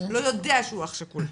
לא יודע שהוא אח שכול,